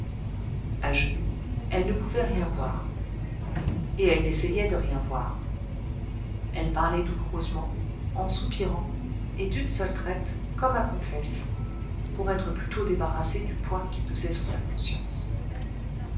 a genoux elle ne pouvait rien voir et elle n'essayait de rien voir elle parlait douloureusement en soupirant et d'une seule traite comme à confesse pour être plus tôt débarrassée du poids qui pesait sur sa conscience